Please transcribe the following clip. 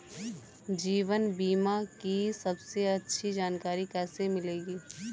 जीवन बीमा की सबसे अच्छी जानकारी कैसे मिलेगी?